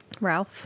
ralph